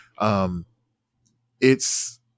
It's-